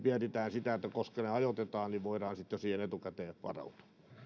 mietitään sitä koska ne ajoitetaan ja voidaan niihin sitten jo etukäteen varautua